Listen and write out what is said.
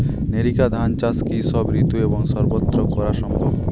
NERICA ধান চাষ কি সব ঋতু এবং সবত্র করা সম্ভব?